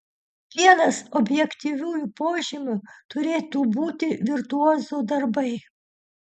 vienas objektyviųjų požymių turėtų būti virtuozų darbai